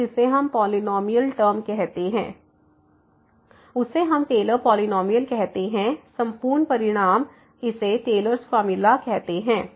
और जिसे हम पॉलिनॉमियल टर्म कहते हैं उसे हम टेलर पॉलिनॉमियल कहते हैं संपूर्ण परिणाम इसे टेलर्स फार्मूला Taylor's formula कहते हैं